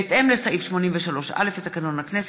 בהתאם לסעיף 83(א) לתקנון הכנסת,